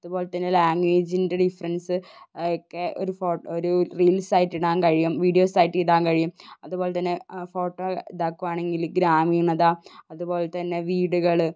അതുപോലെത്തന്നെ ലാംഗ്വേജിന്റെ ഡിഫറെൻ്റ്സ് ഒക്കെ ഒരു ഫോട്ടോ റീൽസ് ആയിട്ട് ഇടാൻ കഴിയും വീഡിയോസ് ആയിട്ട് ഇടാൻ കഴിയും അതുപോലെത്തന്നെ ഫോട്ടോ ഇതാക്കുകയാണെങ്കിൽ ഗ്രാമീണത അതുപോലെത്തന്നെ വീടുകൾ